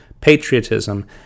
patriotism